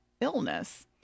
illness